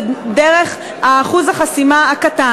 זה דרך אחוז החסימה הנמוך.